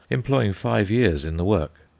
employing five years in the work.